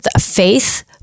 faith